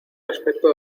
aspecto